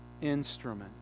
instrument